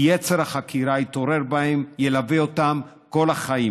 יצר החקירה יתעורר בהם וילווה אותם כל החיים.